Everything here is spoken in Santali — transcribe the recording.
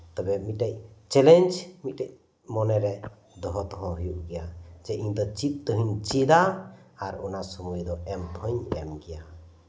ᱛᱚᱵᱮ ᱢᱤᱫᱴᱟᱝ ᱪᱮᱞᱮᱧᱡ ᱢᱤᱰᱴᱮᱱ ᱢᱚᱱᱮ ᱨᱮ ᱫᱚᱦᱚ ᱦᱩᱭᱩᱜ ᱜᱮᱭᱟ ᱡᱮ ᱤᱧ ᱫᱚ ᱪᱮᱫ ᱛᱮᱦᱩᱸᱧ ᱪᱮᱫᱟ ᱟᱨ ᱚᱱᱟ ᱥᱚᱢᱚᱭ ᱫᱚ ᱮᱢ ᱛᱮᱦᱚᱸᱧ ᱮᱢ ᱜᱮᱭᱟ